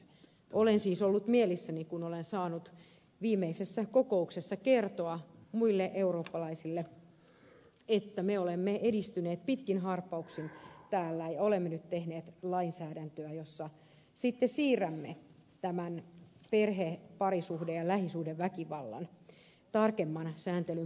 olen siis ollut mielissäni kun olen saanut viimeisessä kokouksessa kertoa muille eurooppalaisille että me olemme edistyneet pitkin harppauksin täällä ja olemme nyt tehneet lainsäädäntöä jossa sitten siirrämme tämän perhe parisuhde ja lähisuhdeväkivallan tarkemman sääntelyn piiriin